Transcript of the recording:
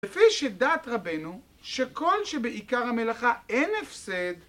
לפי שדעת רבנו שכל שבעיקר המלאכה אין הפסד